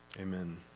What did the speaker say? Amen